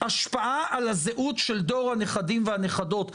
השפעה על הזהות של דור הנכדים והנכדות.